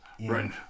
Right